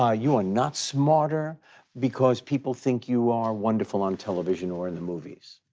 ah you are not smarter because people think you are wonderful on television or in the movies.